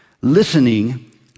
listening